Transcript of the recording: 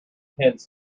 pins